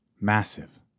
massive